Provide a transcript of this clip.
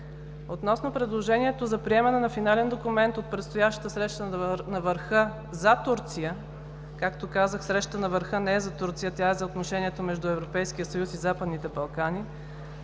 Относно предложението за приемане на финален документ от предстоящата Среща на върха за Турция, както казах, Срещата на върха не е за Турция, тя е за отношенията между Европейския съюз и Западните Балкани,